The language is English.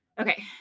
Okay